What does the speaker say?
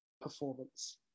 performance